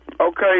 Okay